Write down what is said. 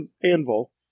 Anvil